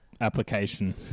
application